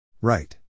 Right